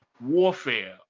warfare